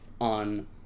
on